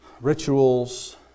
rituals